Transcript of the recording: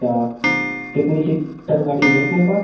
अच्छा कितने सीटर गाड़ी है अपने पास